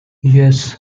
yes